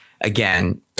again